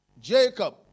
Jacob